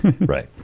Right